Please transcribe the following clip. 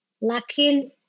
Lakin